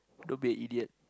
don't be an idiot